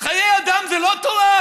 חיי אדם זה לא תורה?